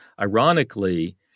Ironically